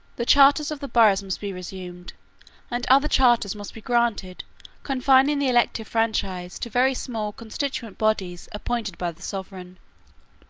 the charters of the boroughs must be resumed and other charters must be granted confining the elective franchise to very small constituent bodies appointed by the sovereign.